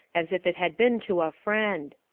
as if it had been to a friend.